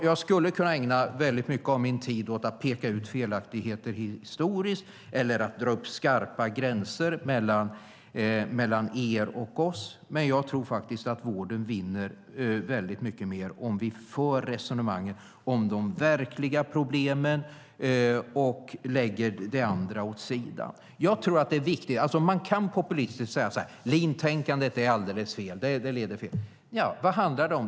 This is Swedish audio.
Jag skulle kunna ägna mycket av min tid åt att peka ut felaktigheter som skett tidigare eller dra upp skarpa gränser mellan Socialdemokraterna och Alliansen, men jag tror faktiskt att vården vinner mycket mer på att vi för resonemang om de verkliga problemen och lägger det andra åt sidan. Man kan populistiskt säga att leantänkandet är alldeles fel, att det leder fel. Vad handlar det om?